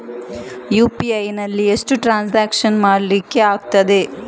UPI ನಲ್ಲಿ ಎಷ್ಟು transaction ಮಾಡ್ಲಿಕ್ಕೆ ಆಗ್ತದೆ?